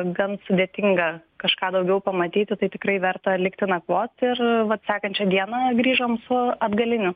gan sudėtinga kažką daugiau pamatyti tai tikrai verta likti nakvoti ir vat sekančią dieną grįžom su atgaliniu